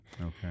Okay